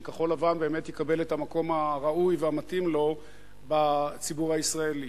כחול-לבן באמת יקבל את המקום הראוי והמתאים לו בציבור הישראלי.